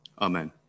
Amen